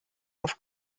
auf